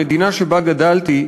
המדינה שבה גדלתי,